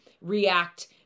react